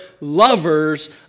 lovers